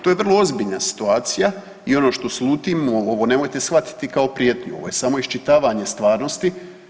To je vrlo ozbiljna situacija i ono što slutimo, ovo nemojte shvatiti kao prijetnju, ovo je samo iščitavanje stvarnosti.